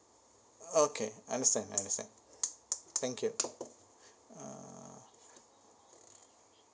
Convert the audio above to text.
okay understand understand thank you uh